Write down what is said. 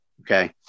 okay